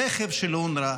ברכב של אונר"א,